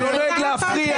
הוא לא נוהג להפריע,